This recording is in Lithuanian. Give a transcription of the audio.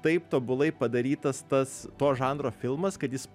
taip tobulai padarytas tas to žanro filmas kad jis